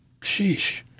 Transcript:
sheesh